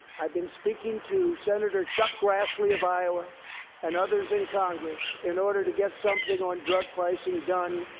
i've been speaking to senator chuck grassley of iowa and others in congress in order to get something on drug pricing done,